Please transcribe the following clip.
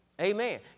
Amen